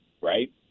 right